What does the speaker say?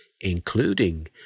including